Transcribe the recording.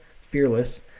Fearless